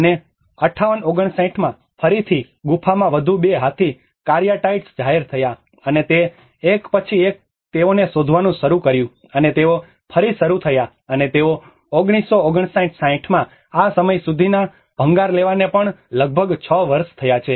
અને 58 59 માં ફરીથી ગુફા માં વધુ બે હાથી કારિઆટાઇડ્સ જાહેર થયા અને તે એક પછી એક તેઓને શોધવાનું શરૂ કર્યું અને તેઓ ફરી શરૂ થયા અને તેઓ 1959 60 માં આ સમય સુધીમાં ભંગાર લેવાને પણ લગભગ 6 વર્ષ થયા છે